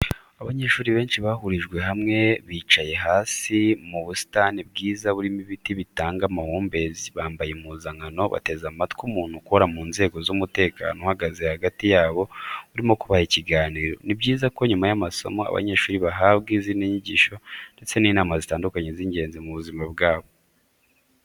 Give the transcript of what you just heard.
Abanyeshuri benshi bahurijwe hamwe bicaye hasi mu busitani bwiza burimo ibiti bitanga amahumbezi, bambaye impuzankano bateze amatwi umuntu ukora mu nzego z'umutekano uhagaze hagati yabo urimo kubaha ikiganiro. Ni byiza ko nyuma y'amasomo abanyeshuri bahabwa izindi nyigisho ndetse n'inama zitandukanye z'ingenzi mu buzima bwabo.